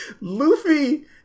Luffy